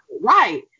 Right